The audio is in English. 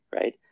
right